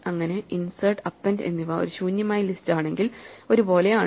അങ്ങനെ insert append എന്നിവ ഒരു ശൂന്യമായ ലിസ്റ്റ് ആണെങ്കിൽ ഒരുപോലെ ആണ്